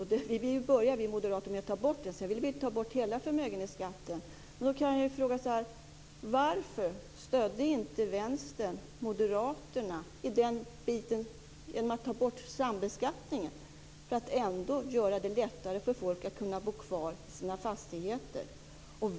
Vi moderater vill börja med att ta bort den. Sedan vill vi ta bort hela förmögenhetsskatten. Då kan man fråga sig så här: Varför stödde inte Vänstern Moderaterna i den biten genom att ta bort sambeskattningen för att göra det lättare för folk att kunna bo kvar i sina fastigheter?